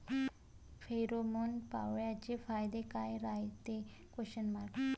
Pheromone सापळ्याचे फायदे काय रायते?